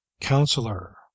Counselor